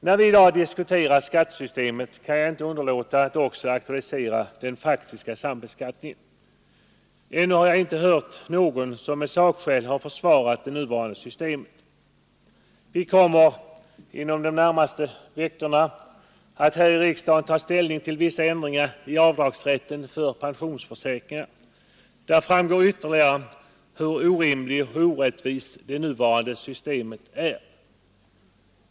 När vi i dag diskuterar skattesystemet kan jag inte underlåta att också aktualisera den faktiska sambeskattningen. Ännu har jag inte hört någon som med sakskäl har försvarat det nuvarande systemet. Vi kommer inom de närmaste veckorna att här i riksdagen ta ställning till ett förslag om vissa ändringar i avdragsrätten för pensionsförsäkringar. Där framgår ytterligare hur orimligt och orättvist det nuvarande systemet är.